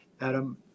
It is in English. Adam